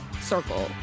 circle